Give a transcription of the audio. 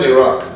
Iraq